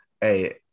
Hey